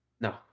No